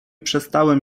przestałem